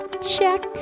Check